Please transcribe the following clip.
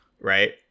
right